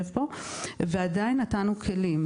עדיין נתנו כלים,